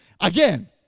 Again